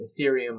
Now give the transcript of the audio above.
Ethereum